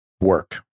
work